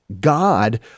God